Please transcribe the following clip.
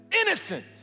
innocent